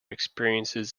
experiences